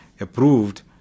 approved